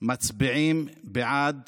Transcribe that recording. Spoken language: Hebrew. מצביעים בעד